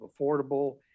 affordable